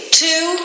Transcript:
two